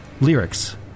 lyrics